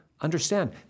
understand